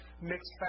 mixed